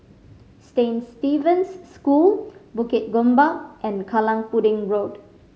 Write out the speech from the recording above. Saint Stephen's School Bukit Gombak and Kallang Pudding Road